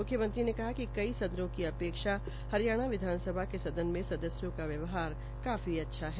मुख्यमंत्री ने कहा कि कई सदनों की अपेक्षा हरियाणा विधानसभा के सदन में सदस्यों का व्यवहार काफी अच्छा है